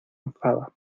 enfada